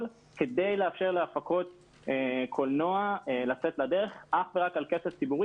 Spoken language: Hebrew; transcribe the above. כדי לאפשר להפקות קולנוע לצאת לדרך אך ורק על כסף ציבורי